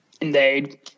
Indeed